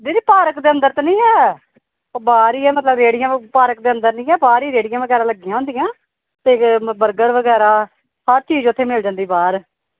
ਦੀਦੀ ਪਾਰਕ ਦੇ ਅੰਦਰ ਤਾਂ ਨਹੀਂ ਹੈ ਉਹ ਬਾਹਰ ਹੀ ਹੈ ਮਤਲਬ ਰੇੜੀਆਂ ਪਾਰਕ ਦੇ ਅੰਦਰ ਨਹੀਂ ਹੈ ਬਾਹਰ ਹੀ ਰੇੜੀਆਂ ਵਗੈਰਾਂ ਲੱਗੀਆਂ ਹੁੰਦੀਆਂ ਅਤੇ ਮ ਬਰਗਰ ਵਗੈਰਾ ਹਰ ਚੀਜ਼ ਉੱਥੇ ਮਿਲ ਜਾਂਦੀ ਬਾਹਰ